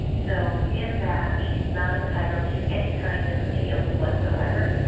so in that, she's not entitled to any kind of appeals whatsoever,